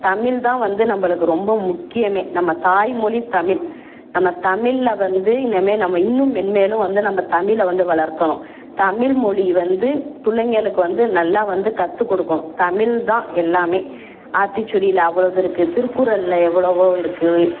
தமிழ் தான் வந்து நம்மளுக்கு ரொம்ப முக்கியமே நம்ம தாய்மொழி தமிழ் நம்ம தமிழ்ல வந்து இனிமேல் நம்ம இன்னும் மென்மேலும் வந்து தமிழை வந்து வளர்க்கணும் தமிழ்மொழி வந்து பிள்ளைங்களுக்கு வந்து நல்லா வந்து கற்றுக்குடுக்கணும் தமிழ் தான் எல்லாமே ஆத்திச்சூடியில அவ்வளோ இது இருக்குது திருக்குறள்ல எவ்வளவோ இருக்குது